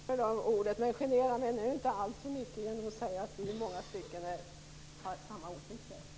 Herr talman! Genera mig nu inte alltför mycket genom att säga att vi i många stycken har samma åsikter.